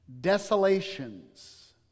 Desolations